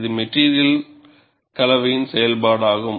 இது மெட்டிரியல் கலவையின் செயல்பாடாகும்